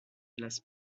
las